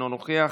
אינו נוכח,